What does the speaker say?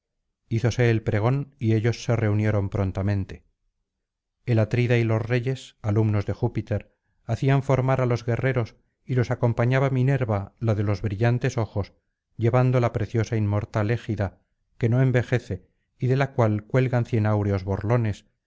hízose el pregón y ellos se reunieron prontamente el atriday los reyes alumnos de júpiter hacían formar á los guerreros y los acompañaba minerva la de los brillantes ojos llevando la preciosa inmortal égida que no envejece y de la cual cuelgan cien áureos borlones